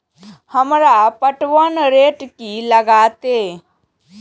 हमरा पटवन रेट की लागते?